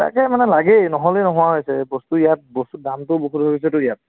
তাকে মানে লাগেই নহ'লেই নোহোৱা হৈছে বস্তু ইয়াত বস্তু দামটো বহুত হৈছেতো ইয়াত